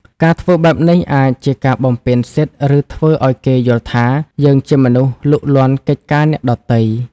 ការធ្វើបែបនេះអាចជាការបំពានសិទ្ធិ ឬធ្វើឲ្យគេយល់ថា យើងជាមនុស្សលូកលាន់កិច្ចការអ្នកដទៃ។